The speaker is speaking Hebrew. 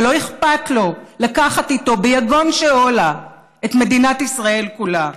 ולא אכפת לו להוריד איתו ביגון שאולה את מדינת ישראל כולה.